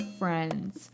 friends